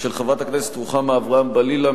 של חברת הכנסת רוחמה אברהם-בלילא,